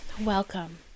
welcome